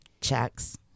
checks